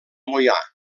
moià